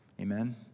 Amen